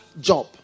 job